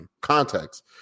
context